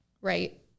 right